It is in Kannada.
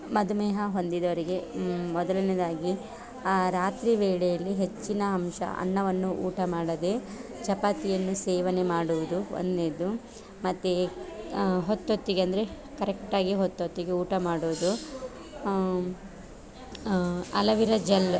ಮಧುಮೇಹ ಹೊಂದಿದವರಿಗೆ ಮೊದಲನೇದಾಗಿ ಆ ರಾತ್ರಿ ವೇಳೆಯಲ್ಲಿ ಹೆಚ್ಚಿನ ಅಂಶ ಅನ್ನವನ್ನು ಊಟ ಮಾಡದೇ ಚಪಾತಿಯನ್ನು ಸೇವನೆ ಮಾಡುವುದು ಒಂದನೇದು ಮತ್ತು ಹೊತ್ತೊತ್ತಿಗೆ ಅಂದರೆ ಕರೆಕ್ಟಾಗಿ ಹೊತ್ತೊತ್ತಿಗೆ ಊಟ ಮಾಡುವುದು ಅಲವೀರ ಜೆಲ್